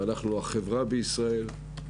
ואנחנו החברה בישראל,